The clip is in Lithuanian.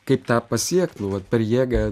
kaip tą pasiekt nu vat per jėgą